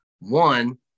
One